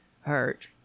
hurt